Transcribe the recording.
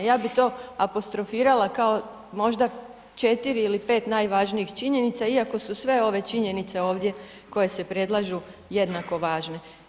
Ja bi to apostrofirala kao možda 4 ili 5 najvažnijih činjenica iako su sve ove činjenice ovdje koje se predlažu jednako važne.